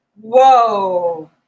whoa